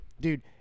Dude